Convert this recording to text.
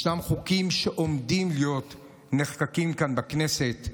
ישנם חוקים שעומדים להיחקק כאן בכנסת,